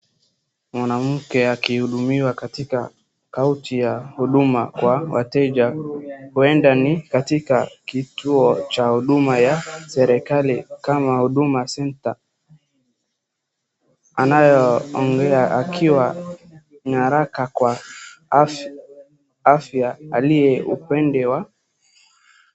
Mwaname akihudumiwa katika kaunti ya huduma ya wateja huenda ni katika kituo cha huduma ya serikali kama Huduma Centre, anayoongea akiwa na haraka kwa afya akite upande wa.